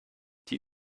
die